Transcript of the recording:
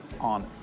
on